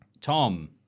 Tom